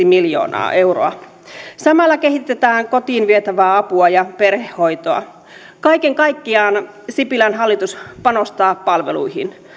miljoonaa euroa samalla kehitetään kotiin vietävää apua ja perhehoitoa kaiken kaikkiaan sipilän hallitus panostaa palveluihin